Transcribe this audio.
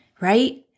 Right